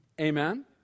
Amen